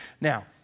Now